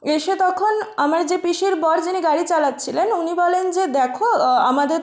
এসে তখন আমার যে পিসির বর যিনি গাড়ি চালাচ্ছিলেন উনি বলেন যে দেখো আমাদের